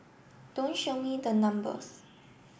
don't show me the numbers